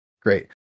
Great